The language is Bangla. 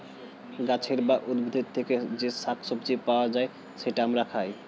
গাছের বা উদ্ভিদের থেকে যে শাক সবজি পাওয়া যায়, সেটা আমরা খাই